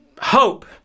hope